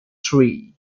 tree